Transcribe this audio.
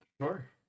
Sure